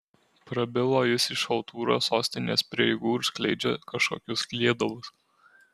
prabilo jis iš chaltūros sostinės prieigų ir skleidžia kažkokius kliedalus